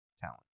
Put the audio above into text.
talent